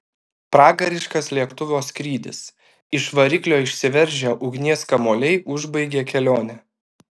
pragariškas lėktuvo skrydis iš variklio išsiveržę ugnies kamuoliai užbaigė kelionę